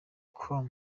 com